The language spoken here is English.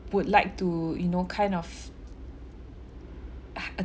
would like to you know kind of